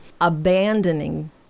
abandoning